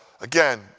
Again